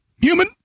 human